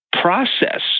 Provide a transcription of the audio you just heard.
process